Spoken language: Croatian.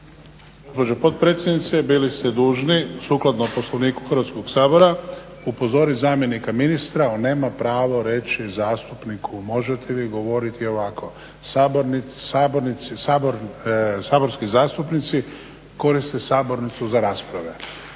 potpredsjednice, bili ste dužni sukladno Poslovniku Hrvatskog sabora upozorit zamjenika ministra. On nema pravo reći zastupniku možete vi govoriti ovako saborski zastupnici koriste sabornicu za rasprave.